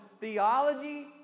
theology